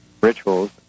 rituals